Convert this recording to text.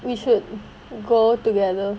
we should go together